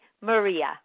Maria